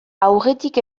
aurretik